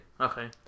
Okay